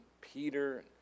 Peter